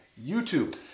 YouTube